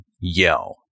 yell